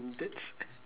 um that's